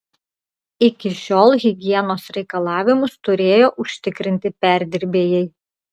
iki šiol higienos reikalavimus turėjo užtikrinti perdirbėjai